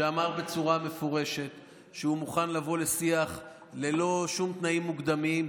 שאמר בצורה מפורשת שהוא מוכן לבוא לשיח ללא שום תנאים מוקדמים.